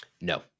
No